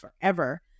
forever